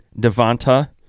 Devonta